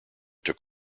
took